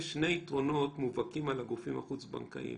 אנשי הגופים החוץ-בנקאיים.